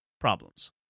problems